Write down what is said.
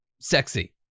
sexy